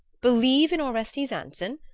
believe in orestes anson?